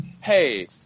hey